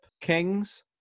kings